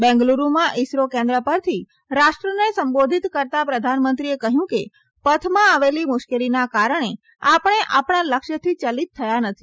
બેંગલુરૂમાં ઈસરો કેન્દ્ર પરથી રાષ્ટ્રને સંબોધિત કરતા પ્રધાનમંત્રીએ કહયું કે પથમાં આવેલી મુશ્કેલીના કારણે આપણે આપણા લક્ષ્યથી યલિત થયા નથી